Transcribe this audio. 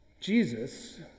Jesus